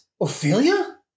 Ophelia